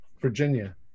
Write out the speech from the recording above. Virginia